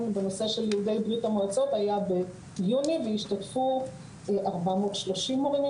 בנושא של יהודי ברית המועצות היה ביוני והשתתפו 430 מורים,